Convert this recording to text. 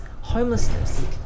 homelessness